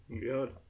Good